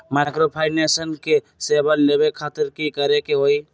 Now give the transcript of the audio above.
Microfinance के सेवा लेबे खातीर की करे के होई?